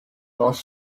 was